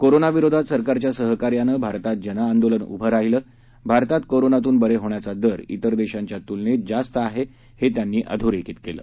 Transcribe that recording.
corona विरोधात सरकारच्या सहकार्यानं भारतात जनआंदोलन उभं राहिलं भारतात कोरोनातून बरे होण्याचा दर तेर देशांच्या तुलनेत जास्त आहे हे त्यांनी अधोरेखित केलं